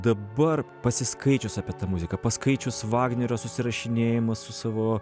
dabar pasiskaičius apie tą muziką paskaičius vagnerio susirašinėjimą su savo